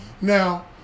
Now